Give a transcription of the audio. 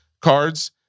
cards